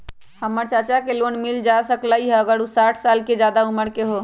हमर चाचा के लोन मिल जा सकलई ह अगर उ साठ साल से जादे उमर के हों?